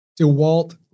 DeWalt